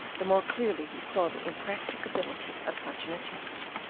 the more clearly he saw the impracticability of such an attempt.